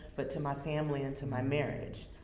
but to my family and to my marriage.